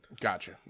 Gotcha